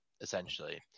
essentially